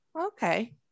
Okay